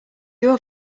your